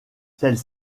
celles